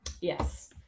yes